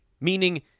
meaning